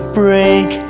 break